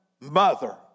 mother